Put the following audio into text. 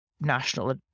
national